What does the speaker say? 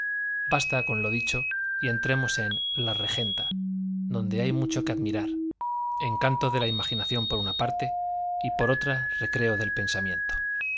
basta con lo dicho y entremos en la regenta donde hay mucho que admirar encanto de la imaginación por una parte por otra recreo del pensamiento